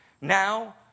Now